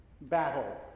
battle